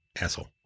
asshole